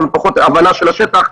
אבל עם פחות הבנה של השטח.